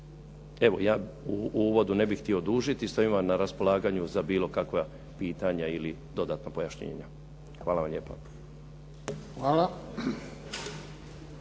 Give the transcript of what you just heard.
Evo ja u uvodu ne bih htio dužiti. Stojim vam na raspolaganju za bilo kakva pitanja ili dodatna pojašnjenja. Hvala vam lijepa.